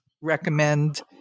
recommend